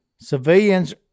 Civilians